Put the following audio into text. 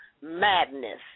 madness